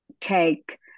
take